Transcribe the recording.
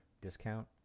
discount